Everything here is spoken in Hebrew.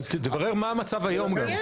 אבל תברר מה המצב היום גם.